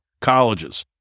colleges